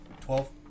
Twelve